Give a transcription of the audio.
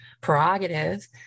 prerogative